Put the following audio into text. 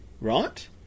right